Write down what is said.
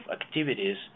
activities